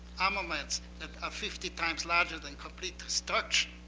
armaments that are fifty times larger than complete destruction,